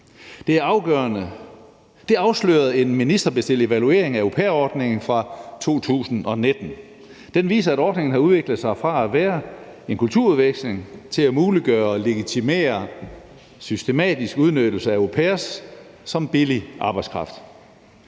Det afslørede en ministerbestilt evaluering af au pair-ordningen fra 2019. Den viste, at ordningen havde udviklet sig fra at være en kulturudveksling til at muliggøre og legitimere systematisk udnyttelse af au pairer som billig arbejdskraft.